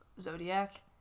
Zodiac